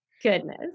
goodness